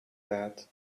that